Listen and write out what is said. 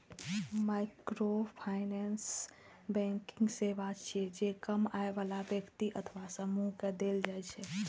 microfinance banking सेवा छियै, जे कम आय बला व्यक्ति अथवा समूह कें देल जाइ छै